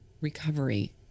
recovery